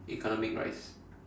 economic rice